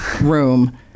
room